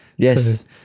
Yes